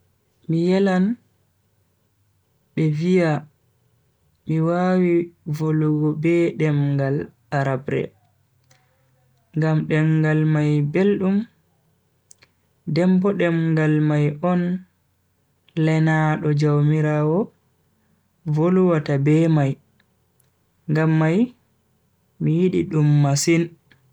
Mi yelan be viya mi wawi volugo be demngal arabre ngam demngal mai beldum. den bo demngal mai on lenaado jumiraawo volwata be mai ngam mai mi yidi dum masin.